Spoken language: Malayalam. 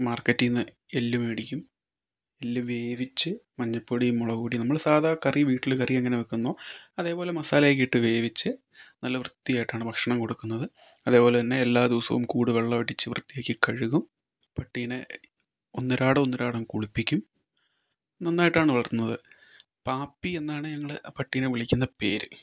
മാർക്കറ്റിൽ നിന്ന് എല്ല് മേടിക്കും എല്ല് വേവിച്ച് മഞ്ഞപ്പൊടിയും മുളകുപൊടി നമ്മൾ സാധാ കറി വീട്ടിൽ കറി എങ്ങനെ വയ്ക്കുന്നോ അതേപോലെ മസാലയൊക്കെ ഇട്ട് വേവിച്ച് നല്ല വൃത്തി ആയിട്ടാണ് ഭക്ഷണം കൊടുക്കുന്നത് അതേപോലെതന്നെ എല്ലാദിവസവും കൂട് വെള്ളമടിച്ച് വൃത്തിയാക്കി കഴുകും പട്ടിനെ ഒന്നരാടം ഒന്നരാടം കുളിപ്പിക്കും നന്നായിട്ടാണ് വളർത്തുന്നത് പാപ്പി എന്നാണ് ഞങ്ങള് ആ പട്ടിനെ വിളിക്കുന്ന പേര്